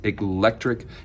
electric